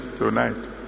tonight